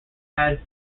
had